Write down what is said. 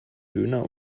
döner